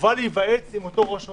חובה להיוועץ עם אותו ראש רשות.